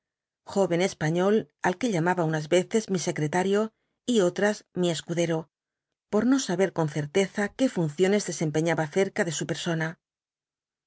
joven español al que llamaba unas veces mi secretario y otras mi escudero por no saber con certeza qué funciones desempeñaba cerca de su persona